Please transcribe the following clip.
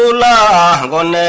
la one